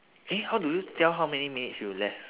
eh how do you tell how many minutes you left